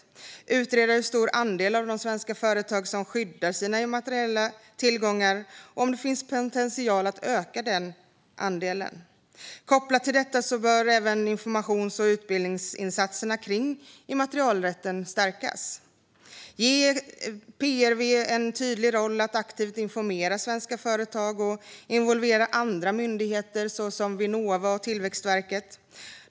Man bör utreda hur stor andel av svenska företag som skyddar sina immateriella tillgångar och om det finns potential att öka den andelen. Kopplat till detta bör även informations och utbildningsinsatserna kring immaterialrätten stärkas. Man bör ge PRV en tydlig roll att aktivt informera svenska företag och involvera andra myndigheter, såsom Vinnova och Tillväxtverket.